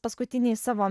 paskutiniais savo